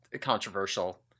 controversial